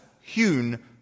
hewn